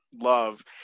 love